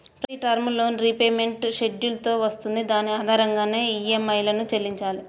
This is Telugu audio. ప్రతి టర్మ్ లోన్ రీపేమెంట్ షెడ్యూల్ తో వస్తుంది దాని ఆధారంగానే ఈఎంఐలను చెల్లించాలి